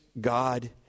God